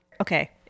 Okay